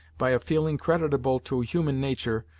by a feeling creditable to human nature,